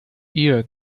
ear